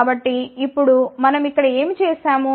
కాబట్టి ఇప్పుడు మనం ఇక్కడ ఏమి చేసాము